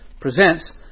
presents